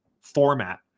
format